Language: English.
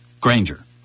Granger